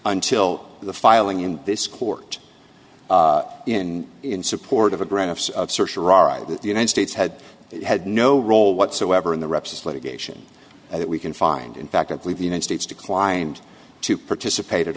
until the filing in this court in in support of a grant of the united states had had no role whatsoever in the reps litigation that we can find in fact i believe the united states declined to participate